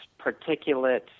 particulate